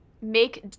make